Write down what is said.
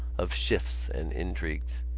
of shifts and intrigues.